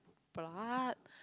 blood